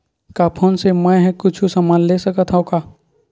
का फोन से मै हे कुछु समान ले सकत हाव का?